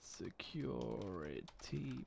security